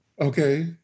Okay